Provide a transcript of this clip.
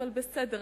אבל בסדר,